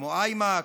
כמו IMAX,